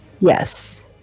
Yes